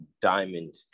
diamond